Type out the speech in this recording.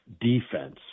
defense